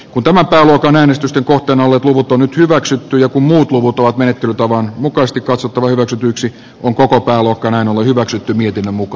kuten äänestysten kohteina ovat luvut on hyväksytty jo komeat luvut ovat menettelytavan mukaisesti katsottava hyväksytyksi koko pääluokkanaan on hyväksytty mikä muka